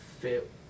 fit